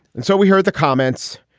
and so we heard the comments.